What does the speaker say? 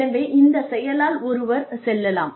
எனவே இந்த செயலால் ஒருவர் செல்லலாம்